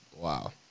wow